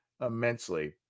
immensely